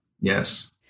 Yes